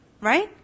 Right